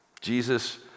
Jesus